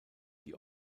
die